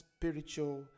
spiritual